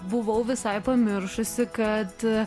buvau visai pamiršusi kad